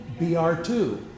BR2